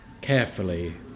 carefully